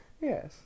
Yes